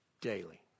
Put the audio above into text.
daily